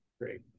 Great